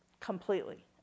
Completely